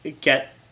get